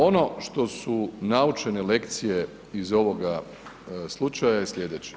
Ono što su naučene lekcije iz ovoga slučaja je sljedeće.